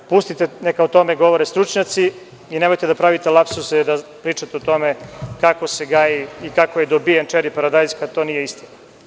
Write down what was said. Pustite, neka o tome govore stručnjaci i nemojte da pravite lapsuse dok pričate o tome kako se gaji i kako je dobijen čeri paradajz, kada to nije istina.